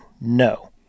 No